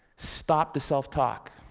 stop the self-talk,